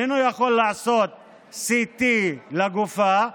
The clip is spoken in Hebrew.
איננו יכול לעשות CT לגופה,